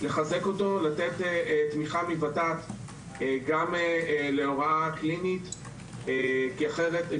לחזק אותו ולתת תמיכה מוות"ת גם להוראה קלינית בקהילה,